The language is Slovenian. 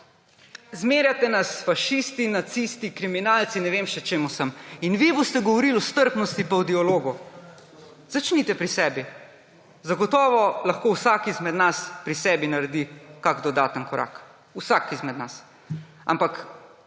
zmerjate nas s fašisti, nacisti, kriminalci in ne vem še čem vsem. In vi boste govorili o strpnosti in o dialogu? Začnite pri sebi. Zagotovo lahko vsak izmed nas pri sebi naredi kakšen dodaten korak, vsak izmed nas. Ampak